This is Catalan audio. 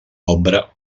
ombra